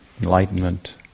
enlightenment